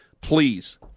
please